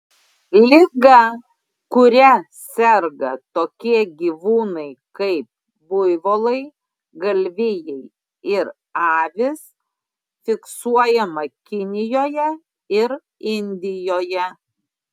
liga kuria serga tokie gyvūnai kaip buivolai galvijai ir avys fiksuojama kinijoje ir indijoje